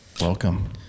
Welcome